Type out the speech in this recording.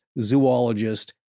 zoologist